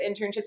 internships